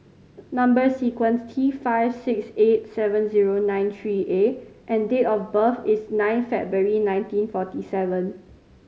number sequence T five six eight seven zero nine three A and date of birth is nine February nineteen forty seven